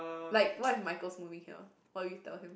like what is my ghost movie here or you tell him